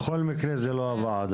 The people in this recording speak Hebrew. בכל מקרה, זה לא הוועדה.